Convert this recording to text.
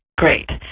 great.